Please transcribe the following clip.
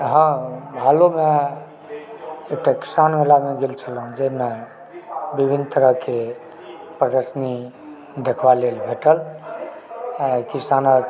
हँ हालमे टेक्सॉन वालामे गेल छलहुँ जाहिमे विभिन्न तरहकेँ प्रदर्शनी देखबा लेल भेटल अछि किसानके